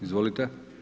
Izvolite.